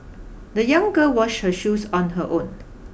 the young girl washed her shoes on her own